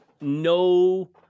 no